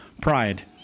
pride